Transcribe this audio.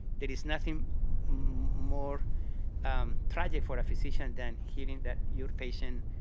there is nothing more tragic for a physician than hearing that your patient